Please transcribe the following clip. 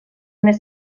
més